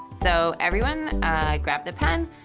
so, everyone grab the pen.